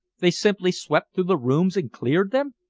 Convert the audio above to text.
they simply swept through the rooms and cleared them?